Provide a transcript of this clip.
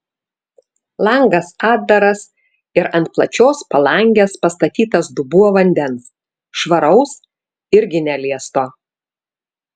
langas atdaras ir ant plačios palangės pastatytas dubuo vandens švaraus irgi neliesto